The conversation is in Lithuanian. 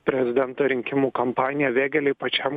prezidento rinkimų kampaniją vėgėlei pačiam